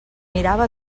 mirava